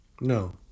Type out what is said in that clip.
No